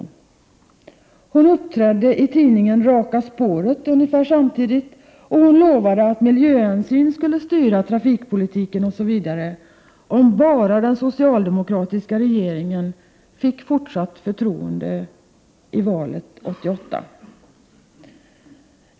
Ungefär samtidigt framträdde fru Dahl i tidningen Raka Spåret, där hon lovade att miljöhänsyn skulle styra trafikpolitiken osv., under förutsättning att den socialdemokratiska regeringen fick fortsatt förtroende efter valet 1988.